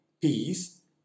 peace